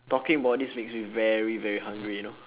talking about this makes me very very hungry you know